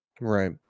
right